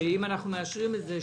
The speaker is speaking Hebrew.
שאם אנחנו מאשרים את זה,